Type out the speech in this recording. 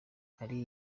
ahari